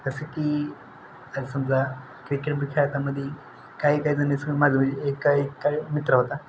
जसं की आता समजा क्रिकेटमध्ये खेळतामध्ये काही काही जन्स माझं म्हणजे एक काही काही मित्र होता